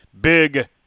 big